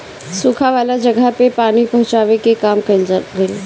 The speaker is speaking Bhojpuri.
सुखा वाला जगह पे पानी पहुचावे के काम कइल गइल